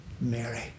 Mary